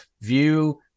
view